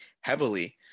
heavily